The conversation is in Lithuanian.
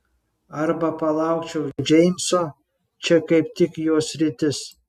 arba palaukčiau džeimso čia kaip tik jo sritis